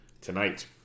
tonight